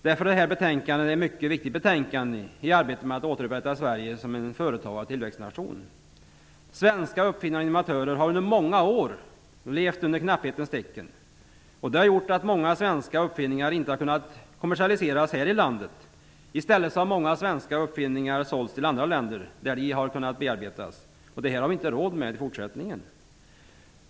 Därför är detta betänkande mycket viktigt för arbetet med att återupprätta Sverige som en företagar och tillväxtnation. Svenska uppfinnare och innovatörer har under många år levt under knapphetens tecken. Det har gjort att många svenska uppfinningar inte har kunnat kommersialiseras här i landet. I stället har många svenska uppfinningar sålts till andra länder för bearbetning. Detta kommer vi inte att ha råd med i fortsättningen.